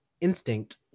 instinct